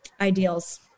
ideals